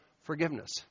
forgiveness